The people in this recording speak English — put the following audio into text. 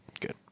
Good